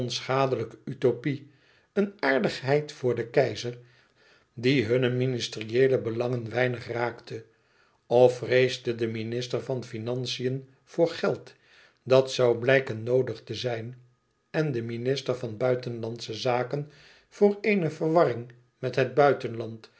onschadelijke utopie een aardigheid voor den keizer die hunne ministerieele belangen weinig raakte of vreesde de minister van financiën voor geld dat zoû blijken noodig te zijn en de minister van buitenlandsche zaken voor eene verwarring met het buitenland